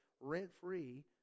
rent-free